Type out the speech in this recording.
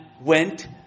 went